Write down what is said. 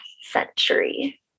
century